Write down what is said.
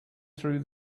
through